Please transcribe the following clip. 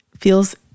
feels